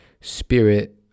spirit